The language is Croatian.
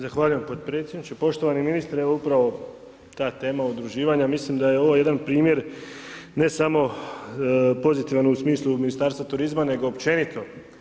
Zahvaljujem podpredsjedniče, poštovani ministre upravo ta tema udruživanja, mislim da je ovo jedan primjer ne samo pozitivan u smislu Ministarstva turizma, nego općenito.